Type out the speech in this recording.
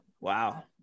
Wow